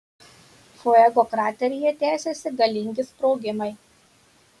fuego krateryje tęsiasi galingi sprogimai